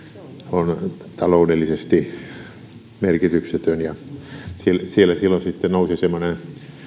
on taloudellisesti merkityksetön siellä silloin sitten nousi semmoinen